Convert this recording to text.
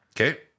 Okay